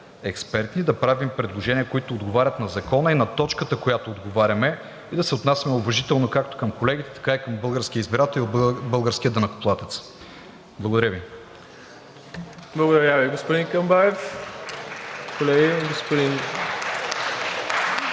експертни, да правим предложения, които отговарят на Закона и на точката, която отговаряме, и да се отнасяме уважително както към колегите, така и към българския избирател и българския данъкоплатец. Благодаря Ви. (Ръкопляскания от „Продължаваме